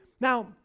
Now